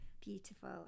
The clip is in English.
beautiful